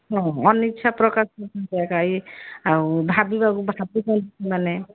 ଓହୋ ଅନିଚ୍ଛା ପ୍ରକାଶ କରିବ କାହିଁ ଆଉ ଭାବିବାକୁ ଭାବିବ ମାନେ